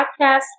podcast